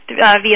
via